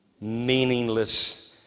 Meaningless